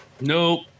Nope